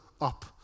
up